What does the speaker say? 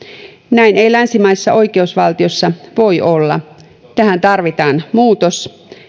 näin ei länsimaisessa oikeusvaltiossa voi olla tähän tarvitaan muutos